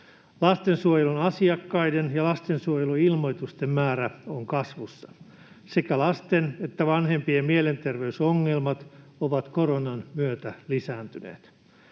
Lastensuojelun asiakkaiden ja lastensuojeluilmoitusten määrä on kasvussa. Sekä lasten että vanhempien mielenterveysongelmat ovat koronan myötä lisääntyneet.